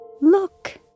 Look